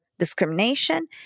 discrimination